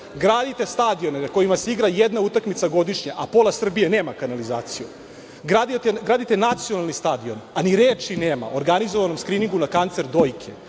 Gradite stadione na kojima se igra jedna utakmica godišnje, a pola Srbije nema kanalizaciju. Gradite Nacionalni stadion, a ni reči nema o organizovanom skriningu na kancer dojke.